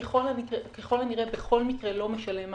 ככל הנראה בכל מקרה לא משלם מס.